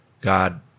god